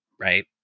right